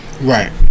right